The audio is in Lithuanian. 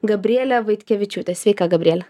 gabrielė vaitkevičiūtė sveika gabriele